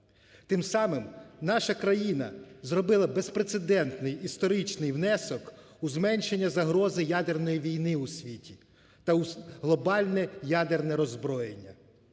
Тим самим наша країна зробила безпрецедентний історичний внесок у зменшення загрози ядерної війни у світі та у глобальне ядерне роззброєння.